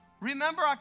remember